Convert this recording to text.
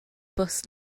bws